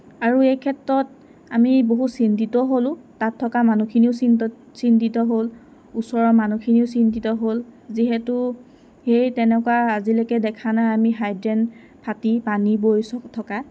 আৰু এই ক্ষেত্ৰত আমি বহুত চিন্তিত হ'লোঁ তাত থকা মানুহখিনিও চিন্তিত হ'ল ওচৰৰ মানুহখিনিও চিন্তিত হ'ল যিহেতু সেই তেনেকুৱা আজিলৈকে দেখা নাই আমি হাইড্ৰেন ফাটি পানী বৈ থকা